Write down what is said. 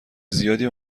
زیادی